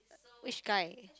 which guy